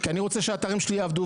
כי אני רוצה שהאתרים שלי יעבדו,